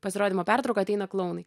pasirodymo pertrauką ateina klounai